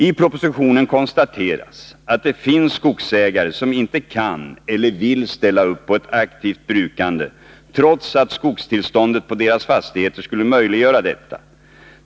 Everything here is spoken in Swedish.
I propositionen konstateras att det finns skogsägare som inte kan eller vill ställa upp på ett aktivt brukande, trots att skogstillståndet på deras fastigheter skulle möjliggöra detta.